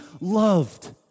loved